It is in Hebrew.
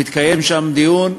ומתקיים שם דיון.